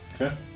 Okay